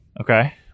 Okay